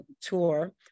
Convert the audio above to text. tour